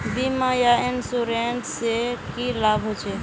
बीमा या इंश्योरेंस से की लाभ होचे?